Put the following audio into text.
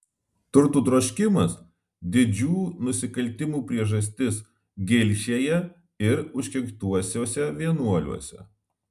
turtų troškimas didžių nusikaltimų priežastis gilšėje ir užkeiktuosiuose vienuoliuose